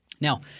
Now